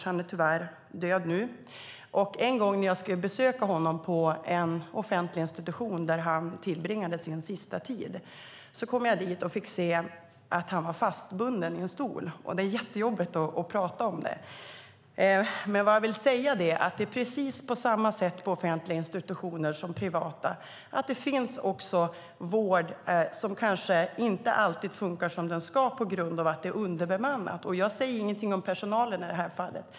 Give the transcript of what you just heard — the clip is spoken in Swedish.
Han är tyvärr död nu, men en gång när jag besökte honom på den institution där han tillbringade sin sista tid fick jag se att han var fastbunden i en stol. - Det är jättejobbigt att prata om det. - Vad jag vill säga är att det är på samma sätt på offentliga institutioner som på privata, att vården inte alltid fungerar som den ska på grund av att det är underbemannat. Jag säger ingenting om personalen i det här fallet.